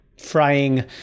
frying